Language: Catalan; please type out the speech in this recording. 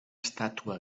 estàtua